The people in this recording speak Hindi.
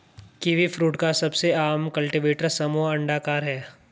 कीवीफ्रूट का सबसे आम कल्टीवेटर समूह अंडाकार है